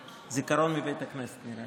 זה זיכרון מבית הכנסת, נראה לי.